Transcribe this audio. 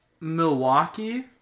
Milwaukee